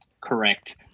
Correct